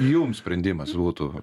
jum sprendimas būtų